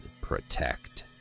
Protect